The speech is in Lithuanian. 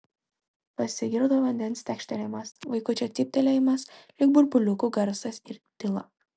pasigirdo vandens tekštelėjimas vaikučio cyptelėjimas lyg burbuliukų garsas ir tyla